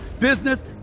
business